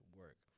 work